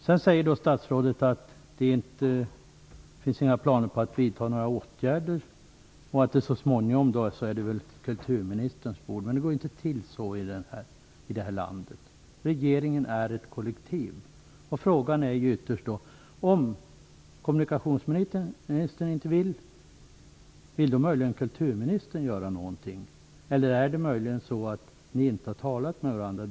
Sedan säger statsrådet att det inte finns några planer på att vidta några åtgärder och att frågan så småningom kommer att hamna på kulturministerns bord. Men det går inte till på det sättet i det här landet. Regeringen är ett kollektiv. Frågan är då ytterst: Om kommunikationsministern inte vill göra något, vill då kulturministern göra det? Eller är det möjligen så att ni inte har talat med varandra.